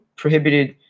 prohibited